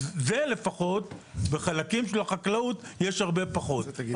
זה לפחות, משהו שקורה בנושא החקלאות הרבה פחות.